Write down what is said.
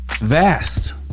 vast